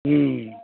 हम्म